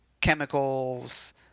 chemicals